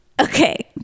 Okay